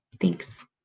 Thanks